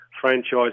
franchise